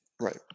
right